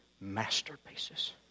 masterpieces